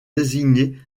désigné